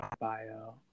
bio